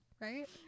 Right